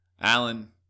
Alan